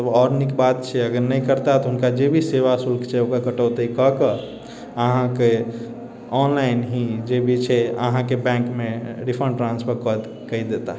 तऽ आओर नीक बात छै अगर नहि करता तऽ जे भी सेवा शुल्क छै ओकरा कटौती करि कऽ अहाँके ऑनलाइन ही जे भी छै अहाँके बैंकमे रिफण्ड ट्रान्सफर कऽ के देता